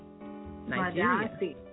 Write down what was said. Nigeria